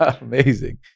Amazing